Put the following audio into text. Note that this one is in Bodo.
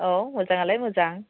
औ मोजाङालाय मोजां